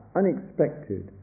unexpected